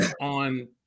on